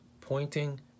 pointing